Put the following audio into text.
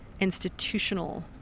institutional